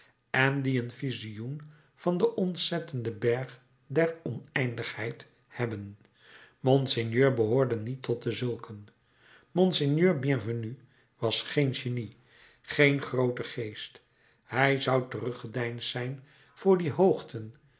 en die een visioen van den ontzettenden berg der oneindigheid hebben monseigneur behoorde niet tot dezulken monseigneur bienvenu was geen genie geen groote geest hij zou teruggedeinsd zijn voor die hoogten